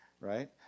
Right